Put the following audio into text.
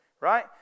right